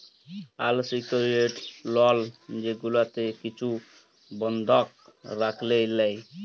আল secured loan যেগুলাতে কিছু বল্ধক রাইখে লেই